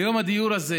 ליום הדיור הזה